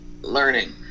learning